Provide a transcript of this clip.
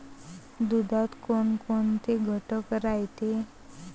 दुधात कोनकोनचे घटक रायते?